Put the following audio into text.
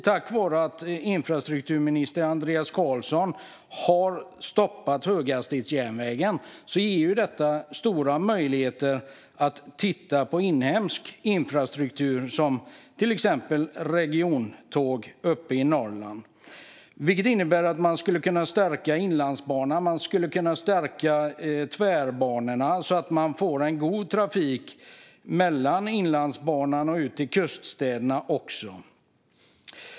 Tack vare att infrastrukturminister Andreas Carlson har stoppat höghastighetsjärnvägen ges möjlighet att titta på inhemsk infrastruktur, till exempel regiontåg i Norrland. Det innebär att man skulle kunna stärka Inlandsbanan och tvärbanorna så att man får en god trafik också från inlandsbanan och ut till kuststäderna.